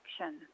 action